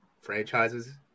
franchises